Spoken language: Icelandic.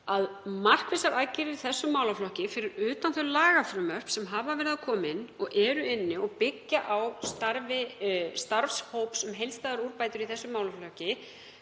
að markvissar aðgerðir í þeim málaflokki — fyrir utan þau lagafrumvörp sem hafa verið að koma inn og eru inni og byggja á starfi starfshóps um heildstæðar úrbætur í þessum málaflokki,